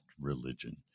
religion